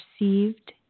received